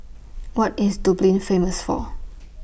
What IS Dublin Famous For